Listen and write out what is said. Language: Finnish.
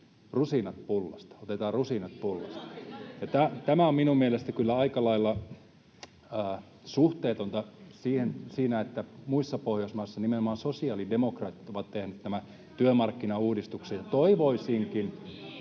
rusinat pullasta. Tämä on minun mielestäni kyllä aika lailla suhteetonta siihen, että muissa Pohjoismaissa nimenomaan sosiaalidemokraatit ovat tehneet nämä työmarkkinauudistukset. [Välihuutoja